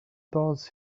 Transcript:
does